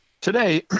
today